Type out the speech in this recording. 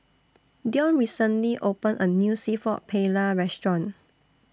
Deon recently opened A New Seafood Paella Restaurant